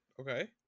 Okay